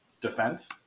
defense